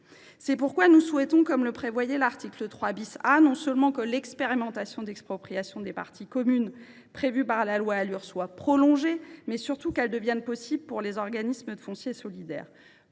C’est pourquoi nous souhaitons, comme le prévoyait l’article 3 A, non seulement que l’expérimentation d’expropriation des parties communes prévue par la loi Alur soit prolongée, mais surtout qu’elle devienne possible pour les organismes de foncier solidaire